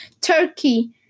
Turkey